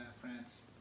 France